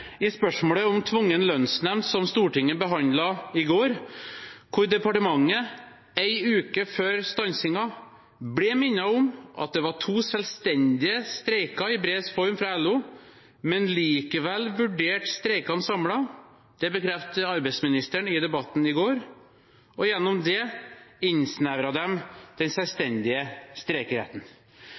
I spørsmålet om tvungen lønnsnemnd, som Stortinget behandlet i går, ble departementet en uke før stansingen i brevs form fra LO minnet om at det var to selvstendige streiker, men vurderte likevel streikene samlet. Det bekreftet arbeidsministeren i debatten i går, og gjennom det innsnevret de den selvstendige streikeretten.